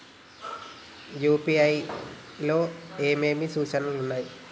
UPI లో ఏమేమి సూచనలు ఉన్నాయి?